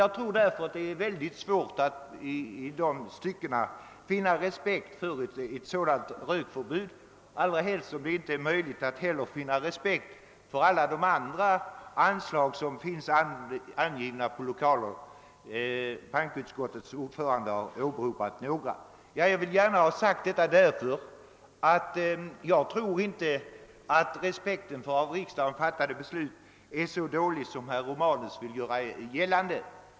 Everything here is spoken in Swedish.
Jag tror att det är mycket svårt att i dessa stycken vinna respekt för elt rökförbud, allra helst som det inte är möjligt att vinna respekt för alla de andra anslag som finns och som bankoutskottets ordförande gav exempel på. Jag har gärna velat säga detta, då jag inte tror att respekten för av riksdagen fattade beslut är så dålig som herr Romanus vill göra gällande.